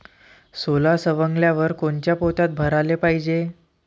सोला सवंगल्यावर कोनच्या पोत्यात भराले पायजे?